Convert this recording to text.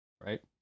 right